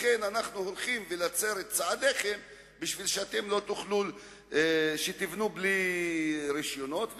לכן אנחנו הולכים להצר את צעדיהם כדי שלא תוכלו לבנות בלי רשיונות,